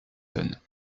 tonnes